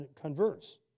converse